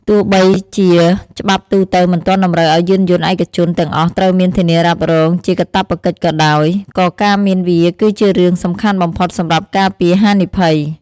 ទោះបីជាច្បាប់ទូទៅមិនទាន់តម្រូវឲ្យយានយន្តឯកជនទាំងអស់ត្រូវមានធានារ៉ាប់រងជាកាតព្វកិច្ចក៏ដោយ ក៏ការមានវាគឺជារឿង សំខាន់បំផុតសម្រាប់ការពារហានិភ័យ។